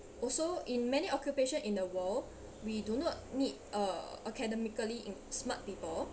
also in many occupation in the world we do not need uh academically in~ smart people